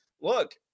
look